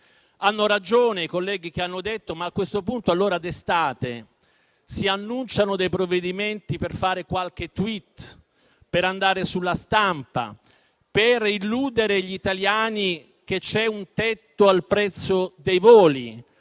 Hanno ragione i colleghi che hanno detto che d'estate si annunciano dei provvedimenti solo per fare qualche *tweet*, per andare sulla stampa, per illudere gli italiani che c'è un tetto al prezzo dei voli